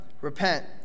Repent